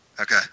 Okay